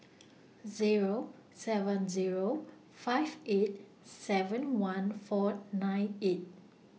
Zero seven Zero five eight seven one four nine eight